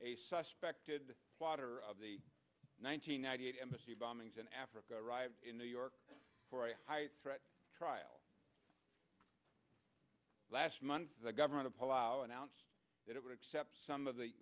a suspect did water of the one nine hundred ninety eight embassy bombings in africa arrived in new york for a high threat trial last month the government to pull our announced that it would accept some of the